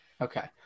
Okay